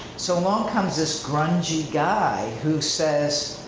so along comes this grungy guy who says,